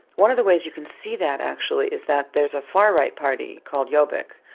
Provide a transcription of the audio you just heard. one of the ways you can see that actually is that there's a far-right party called jobbik,